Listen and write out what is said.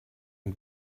and